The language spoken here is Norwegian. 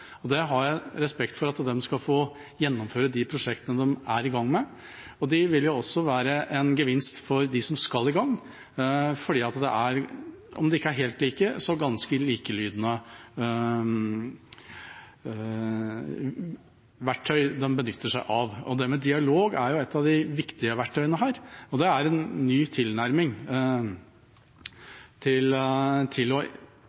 til. Det har jeg respekt for, at de skal få gjennomføre de prosjektene de er i gang med. Det vil også være en gevinst for dem som skal i gang, for om de ikke er helt like, så er det ganske like verktøy de benytter seg av. Og det med dialog er et av de viktige verktøyene her, og det er en ny tilnærming til å